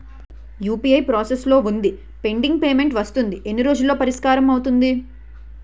UPI process లో వుందిపెండింగ్ payment వస్తుంది ఎన్ని రోజుల్లో పరిష్కారం అవుతుంది